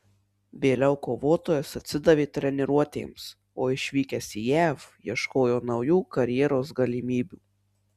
vėliau kovotojas atsidavė treniruotėms o išvykęs į jav ieškojo naujų karjeros galimybių